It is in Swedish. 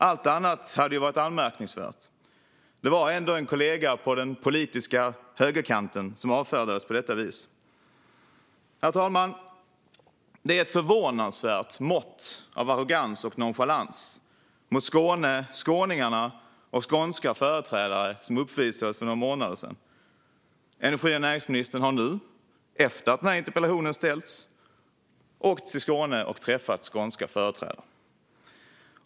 Allt annat hade ju varit anmärkningsvärt. Det var ändå en kollega på den politiska högerkanten som avfärdades på detta vis. Det var ett förvånansvärt mått av arrogans och nonchalans mot Skåne, skåningarna och skånska företrädare som uppvisades för några månader sedan. Herr talman! Energi och näringsministern har först efter att denna interpellation ställdes åkt till Skåne och träffat skånska företrädare.